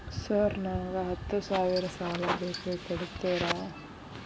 Sir ನನಗ ಹತ್ತು ಸಾವಿರ ಸಾಲ ಬೇಕ್ರಿ ಕೊಡುತ್ತೇರಾ?